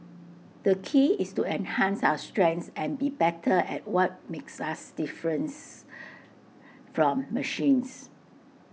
the key is to enhance our strengths and be better at what makes us difference from machines